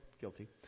Guilty